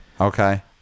Okay